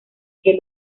que